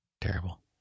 terrible